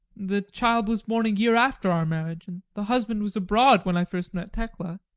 the child was born a year after our marriage, and the husband was abroad when i first met tekla